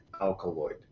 alkaloid